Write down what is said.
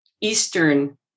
Eastern